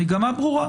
המגמה ברורה.